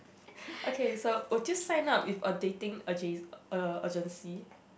okay so would you sign up with a dating age~ agency